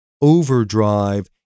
overdrive